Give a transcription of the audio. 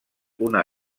una